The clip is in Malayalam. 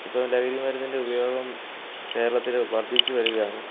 ഇപ്പോൾ ലഹരിമരുന്നിൻ്റെ ഉപയോഗം കേരളത്തിൽ വർദ്ധിച്ചു വരുകയാണ്